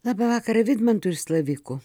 labą vakarą vidmantui iš slavikų